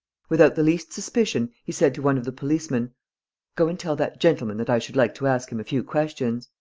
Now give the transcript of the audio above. without the least suspicion, he said to one of the policemen go and tell that gentleman that i should like to ask him a few questions.